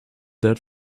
that